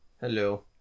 hello